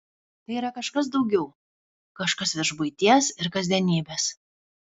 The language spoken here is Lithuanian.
tai yra kažkas daugiau kažkas virš buities ir kasdienybės